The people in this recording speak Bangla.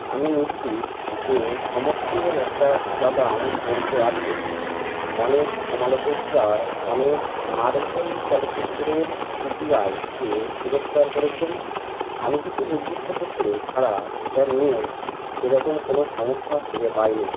আমি নিশ্চিত যে সমর্থনের একটা উপাদান জড়িত আছে অনেক সমালোচকরা অনেক মার্ভেল চলচ্চিত্রের সি জি আইকে তিরস্কার করেছেন আমি কিছু নির্দিষ্ট ক্ষেত্রে ছাড়া এটা নিয়ে সেরকম কোনও সমস্যা খুঁজে পাই নি